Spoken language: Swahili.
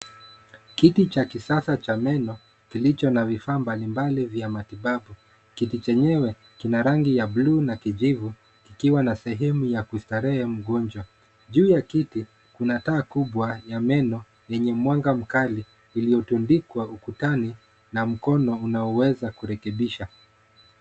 Kiti cha kisasa cha meno kilicho na vifaa mbalimbali vya matibabu. Kiti chenyewe kina rangi ya buluu na kijivu kikiwa na sehemu ya kustarehe mgonjwa. juu ya kiti kuna taa kubwa ya meno yenye mwanga mkali iliotundikwa ukutani na mkono unaoweza kurekebisha.